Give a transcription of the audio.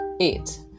Eight